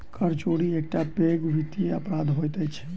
कर चोरी एकटा पैघ वित्तीय अपराध होइत अछि